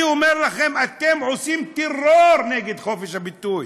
אני אומר לכם, אתם עושים טרור נגד חופש הביטוי,